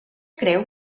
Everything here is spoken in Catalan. creu